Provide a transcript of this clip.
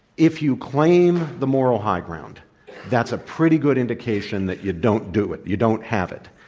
if you claim the moral high ground that's a pretty good indication that you don't do it you don't have it.